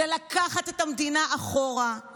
זה לקחת את המדינה אחורה,